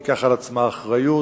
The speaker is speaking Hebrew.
תיקח על עצמה אחריות,